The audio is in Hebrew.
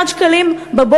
אמר: